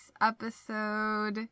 episode